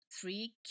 three